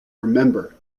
remember